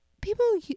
people